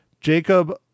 Jacob